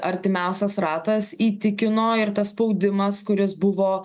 artimiausias ratas įtikino ir tas spaudimas kuris buvo